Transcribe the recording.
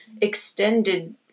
extended